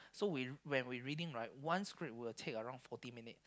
so we when we reading right one script will take around forty minute